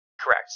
correct